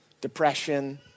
Depression